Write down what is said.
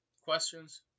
questions